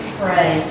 pray